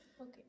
Okay